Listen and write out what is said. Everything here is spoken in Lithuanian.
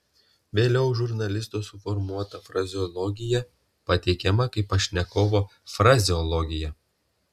vėliau žurnalisto suformuota frazeologija pateikiama kaip pašnekovo frazeologija